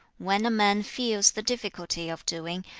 when a man feels the difficulty of doing,